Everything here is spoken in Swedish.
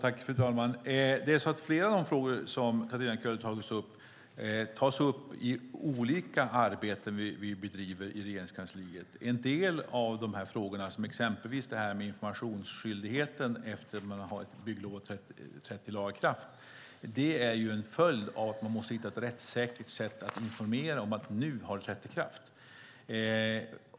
Fru talman! Flera av de frågor som Katarina Köhler har tagit upp finns i olika arbeten vi bedriver i Regeringskansliet. En del av frågorna, som exempelvis detta med informationsskyldigheten efter att ett bygglov trätt i laga kraft, är ett följd av att man måste hitta ett rättssäkert sätt att informera om: Nu har det trätt i kraft.